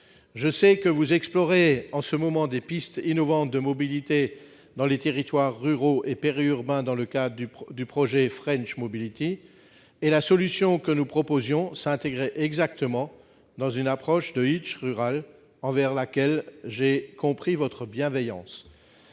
Je sais que vous explorez en ce moment des pistes innovantes de mobilité dans les territoires ruraux et périurbains, dans le cadre du projet. La solution que nous proposions s'intégrait exactement dans l'approche de rural à l'égard de laquelle j'ai compris votre bienveillance.